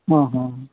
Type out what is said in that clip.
ᱦᱮᱸ ᱦᱮᱸ